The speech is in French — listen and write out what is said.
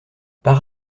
par